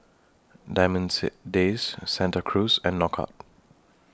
Diamond Days Santa Cruz and Knockout